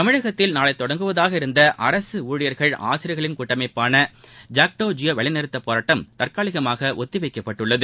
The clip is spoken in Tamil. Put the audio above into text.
தமிழகத்தில் நாளை தொடங்குவதாக இருந்த அரசு ஊழியர்கள் ஆசிரியர்களின் கூட்டமைப்பான ஜாக்டோ ஜியோ வேலை நிறுத்தப் போராட்டம் தற்காலிகமாக ஒத்திவைக்கப்பட்டுள்ளது